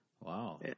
Wow